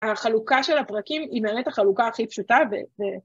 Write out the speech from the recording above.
‫החלוקה של הפרקים ‫היא באמת החלוקה הכי פשוטה.